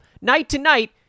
Night-to-night